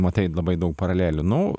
matai labai daug paralelių nu